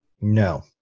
No